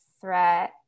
threat